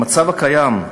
במצב הקיים,